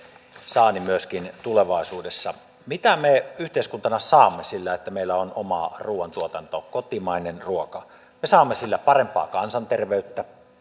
saannin myöskin tulevaisuudessa mitä me yhteiskuntana saamme sillä että meillä on oma ruoantuotanto kotimainen ruoka me saamme sillä parempaa kansanterveyttä